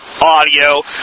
audio